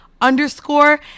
underscore